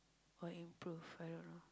or improve I don't know